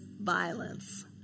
violence